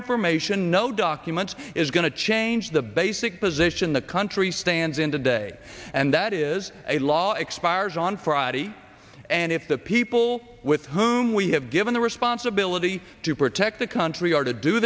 information no document is going to change the basic position the country stands in today and that is a law expires on friday and if the people with whom we have given the responsibility to protect the country are to do